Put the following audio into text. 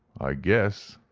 i guess,